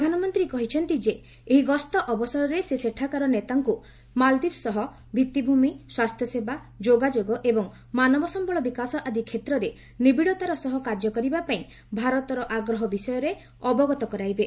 ପ୍ରଧାନମନ୍ତ୍ରୀ କହିଛନ୍ତି ଯେ ଏହି ଗସ୍ତ ଅବସରରେ ସେ ସେଠାକାର ନେତାଙ୍କୁ ମାଳଦ୍ୱୀପ ସହ ଭିଭିଭୂମି ସ୍ୱାସ୍ଥ୍ୟସେବା ଯୋଗଯୋଗ ଏବଂ ମାନବ ସମ୍ଭଳ ବିକାଶ ଆଦି କ୍ଷେତ୍ରରେ ନିବିଡତାର ସହ କାର୍ଯ୍ୟ କରିବା ପାଇଁ ଭାରତର ଆଗ୍ରହ ବିଷୟରେ ଅବଗତ କରାଇବେ